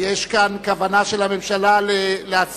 יש כאן כוונה של הממשלה להסכים,